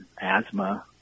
asthma